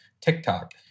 TikTok